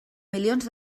milions